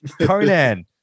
Conan